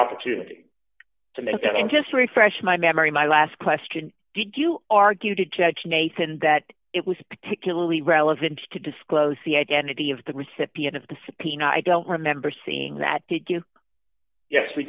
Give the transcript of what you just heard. opportunity to make that and just refresh my memory my last question did you argue to judge nathan that it was particularly relevant to disclose the identity of the recipient of the subpoena i don't remember seeing that to get yes we